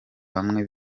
bamwe